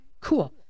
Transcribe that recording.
cool